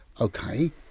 okay